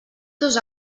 dos